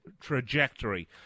trajectory